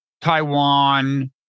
Taiwan